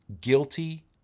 guilty